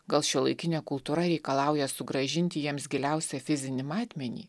gal šiuolaikinė kultūra reikalauja sugrąžinti jiems giliausią fizinį matmenį